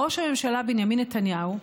ראש הממשלה בנימין נתניהו.